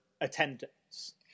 attendance